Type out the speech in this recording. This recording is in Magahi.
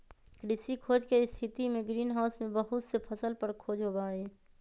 कृषि खोज के स्थितिमें ग्रीन हाउस में बहुत से फसल पर खोज होबा हई